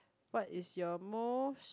what is your most